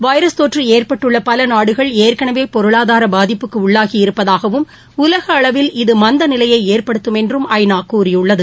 virus தொற்று ஏற்பட்டுள்ள பல நாடுகள் ஏற்கனவே பொருளாதார பாதிப்புக்கு உள்ளாகி இருப்பதாகவும் உலக அளவில் இது மந்தநிலையை ஏற்படுத்தம் என்றும் ஐ நா கூறியுள்ளது